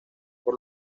por